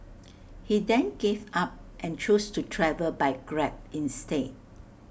he then gave up and chose to travel by grab instead